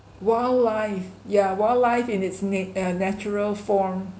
wildlife yeah wildlife in it's na~ uh natural form